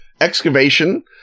excavation